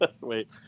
Wait